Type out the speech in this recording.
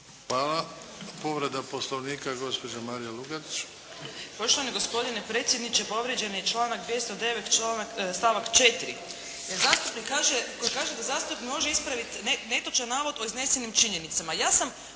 Hvala. Povreda Poslovnika gospođa Marija Lugarić. **Lugarić, Marija (SDP)** Poštovani gospodine predsjedniče! Povrijeđen je članak 209. stavak 4., jer zastupnik koji kaže da zastupnik može ispraviti netočan navod o iznesenim činjenicama. Ja sam